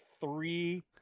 three